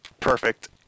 Perfect